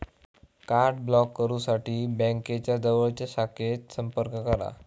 card block करुसाठी बँकेच्या जवळच्या शाखेत संपर्क करा